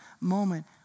moment